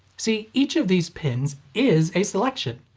see, each of these pins is a selection.